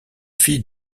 fille